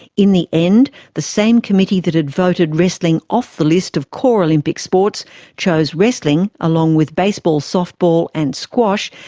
in the end, the same committee that had voted wrestling off the list of core olympic sports chose wrestling, along with baseball-softball and squash,